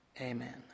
Amen